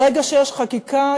ברגע שיש חקיקה,